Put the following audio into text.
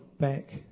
back